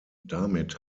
damit